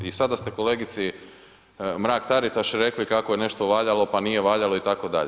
I sada ste kolegici Mrak-Taritaš rekli kako je nešto valjalo, pa nije valjalo, itd.